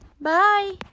Bye